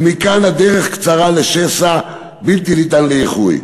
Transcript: ומכאן הדרך קצרה לשסע בלתי ניתן לאיחוי.